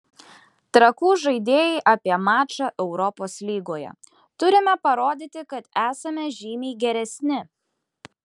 trakų žaidėjai apie mačą europos lygoje turime parodyti kad esame žymiai geresni